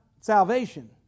salvation